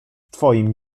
twoim